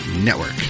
Network